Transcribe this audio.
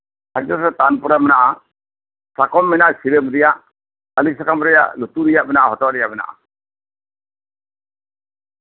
ᱥᱟᱨᱡᱚᱢ ᱥᱟᱠᱟᱢ ᱛᱟᱨᱯᱚᱨᱮ ᱢᱮᱱᱟᱜᱼᱟ ᱥᱟᱠᱚᱢ ᱢᱮᱱᱟᱜᱼᱟ ᱥᱤᱨᱟᱹᱢ ᱨᱮᱭᱟᱜ ᱛᱟᱞᱤ ᱥᱟᱠᱟᱢ ᱨᱮᱭᱟᱜ ᱞᱩᱛᱩᱨ ᱨᱮᱭᱟᱜ ᱢᱮᱱᱟᱜᱼᱟ ᱦᱚᱴᱚᱜ ᱨᱮᱭᱟᱜᱼᱟ ᱢᱮᱱᱟᱜᱼᱟ